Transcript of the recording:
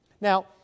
Now